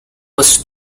was